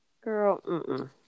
Girl